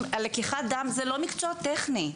לקיחת דם זה לא מקצוע טכני.